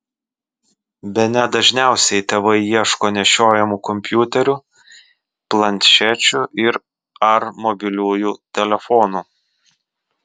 bene dažniausiai tėvai ieško nešiojamų kompiuterių planšečių ar mobiliųjų telefonų